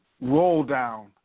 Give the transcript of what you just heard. roll-down